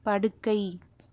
படுக்கை